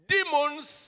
Demons